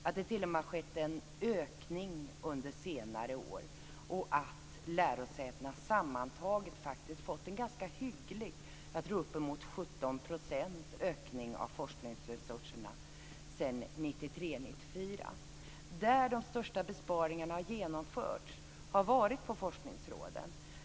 Det har t.o.m. skett en ökning under senare år. Sammantaget har lärosätena faktiskt fått en ganska hygglig ökning av forskningsresurserna sedan 1993/1994. Jag tror att det är en ökning på uppemot 17 %. Det största besparingarna har genomförts på forskningsråden.